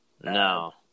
No